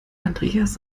andreas